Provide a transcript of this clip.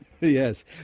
Yes